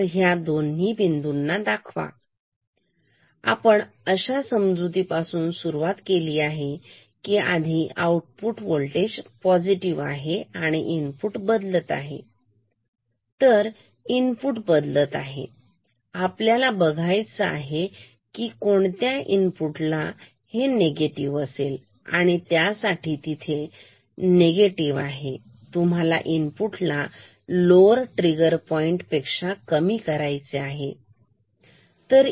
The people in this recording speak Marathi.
तर ह्या दोन्ही बिंदूंना दाखवा आपण अशा समजुती पासून सुरुवात केली आहे की आधी आउटपुट पॉझिटिव आहे आणि इनपुट बदलत आहे तर इनपुट बदलत आहे आपल्याला बघायचा आहे की कोणत्या इनपुट ला निगेटिव्ह असेल आणि त्यासाठी तिथे निगेटिव आहे तुम्हाला इनपुट ला लॉवर ट्रिगर पॉईंट पेक्षा कमी करायचे आहे